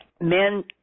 men